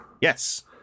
Yes